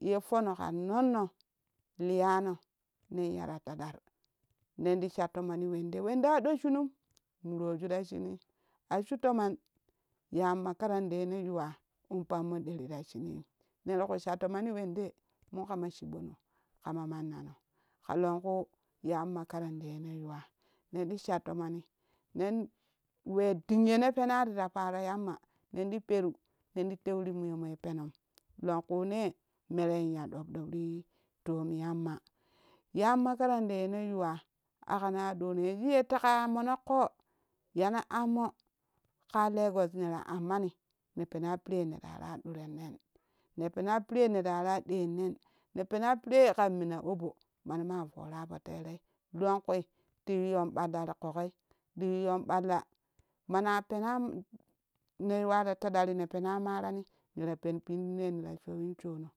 ye fonno kan nonno liyano nen ya ta taɗar nenti sha tomoni wende wende aɗo shunum muroju ta shuni a su tomon yan makaranda yene yuwa in pam mo ɗere ta shunim neriku sha tomoni wende mun kama shiiɓono kama mannano ka lonkuu yan makaranda yene yuwa nenti sha tomoni nen wen ding yene pena tira paro yamma nenti paru nenti tewi timu yono moye penom lonku ne nei ya ɗop ɗop ti tom yamma yan makaranda yene yuwa akano aɗono yanzu ye teka ya monoƙoo yane ammo ƙah lagos nera ammani ne pena perenne ne rara ɗurennen ne pena perenne ne rara ɗerinen ne pena piire kan mina obo mane maa toora po terei lonkui ti yuiyon ɓallari ƙokgoi ti yuiyon ɓalla mana pena ne yuwa ta taɗari ne pena marani nera pen pinnei ne ra showin shono.